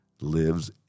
lives